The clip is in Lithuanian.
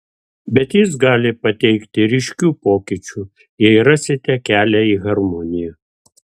bet jis gali pateikti ryškių pokyčių jei rasite kelią į harmoniją